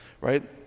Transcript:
right